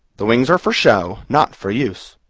the wings are for show, not for use.